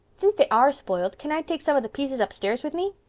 since they are spoiled can't i take some of the pieces upstairs with me?